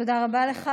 תודה רבה לך.